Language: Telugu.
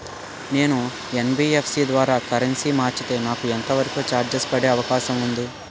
నేను యన్.బి.ఎఫ్.సి ద్వారా కరెన్సీ మార్చితే నాకు ఎంత వరకు చార్జెస్ పడే అవకాశం ఉంది?